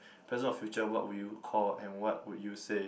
present or future what would you call and what would you say